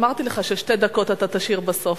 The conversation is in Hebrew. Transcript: אמרתי לך ששתי דקות תשאיר בסוף.